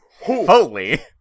holy